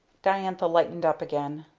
diantha lightened up again.